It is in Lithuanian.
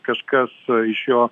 kažkas iš jo